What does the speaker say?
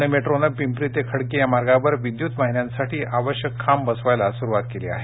पुणे मेट्रोने पिंपरी ते खडकी या मार्गावर विद्युत वाहिन्यांसाठी आवश्यक खांब बसवण्यास सुरवात केली आहे